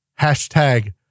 hashtag